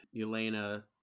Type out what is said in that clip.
elena